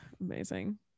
amazing